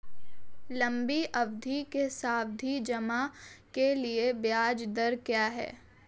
लंबी अवधि के सावधि जमा के लिए ब्याज दर क्या है?